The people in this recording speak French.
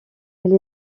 elle